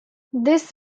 this